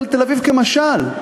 אבל תל-אביב כמשל,